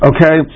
Okay